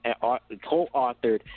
co-authored